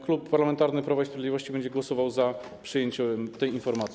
Klub Parlamentarny Prawo i Sprawiedliwości będzie głosował za przyjęciem tej informacji.